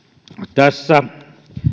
tässä